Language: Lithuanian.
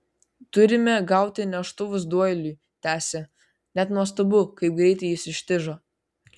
turime gauti neštuvus doiliui tęsė net nuostabu kaip greitai jis ištižo